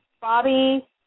Bobby